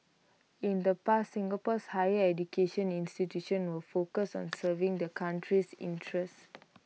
in the past Singapore's higher education institutions were focused on serving the country's interests